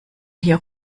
hier